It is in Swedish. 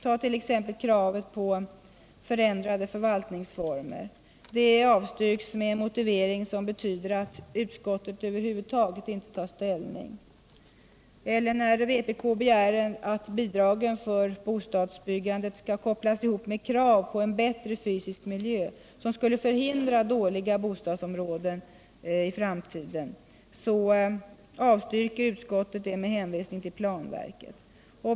Tag t.ex. kravet på en förändring av förvaltningsformerna, Detta krav avstyrks med en motivering, som betyder att utskottet över huvud taget inte tar ställning. Och när vpk begär att bidragen för bostadsbyggandet skall kopplas ihop med krav på en bättre fysisk miljö, som skulle hindra att dåliga bostadsområden byggs i fortsättningen, avstyrker utskottet med hänvisning till planverket.